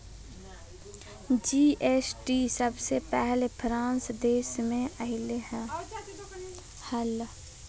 GST सबसे पहले France देश मे अइले हल